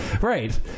right